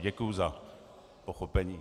Děkuji za pochopení.